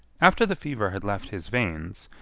after the fever had left his veins,